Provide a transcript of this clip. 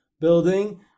building